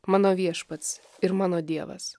mano viešpats ir mano dievas